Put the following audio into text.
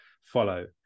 follow